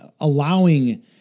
allowing